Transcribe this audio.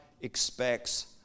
expects